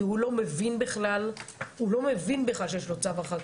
כי הוא לא מבין בכלל שיש לו צו הרחקה,